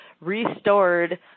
restored